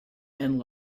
and